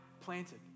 planted